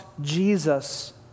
Jesus